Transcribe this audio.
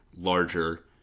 larger